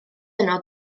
yno